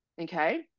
okay